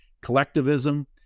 Collectivism